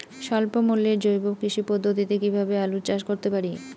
স্বল্প মূল্যে জৈব কৃষি পদ্ধতিতে কীভাবে আলুর চাষ করতে পারি?